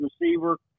receiver